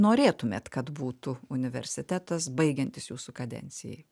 norėtumėt kad būtų universitetas baigiantis jūsų kadencijai